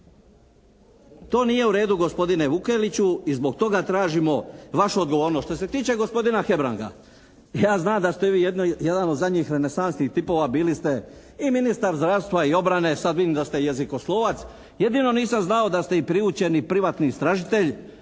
To nije u redu gospodine Vukeliću. I zbog toga tražimo vašu odgovornost. Što se tiče gospodina Hebranga, ja znam da ste vi jedan od zadnjih renesansnih tipova, bili ste i ministar zdravstva i obrane, sad vidim da ste i jezikoslovac. Jedino nisam znao da ste i priučeni privatni istražitelj.